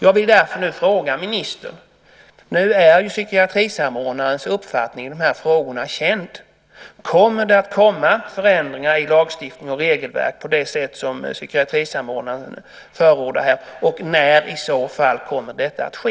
Jag vill därför fråga ministern - psykiatrisamordnarens uppfattning i de här frågorna är ju känd - om det kommer förändringar i lagstiftning och regelverk på det sätt som psykiatrisamordnaren förordar. När i så fall kommer detta att ske?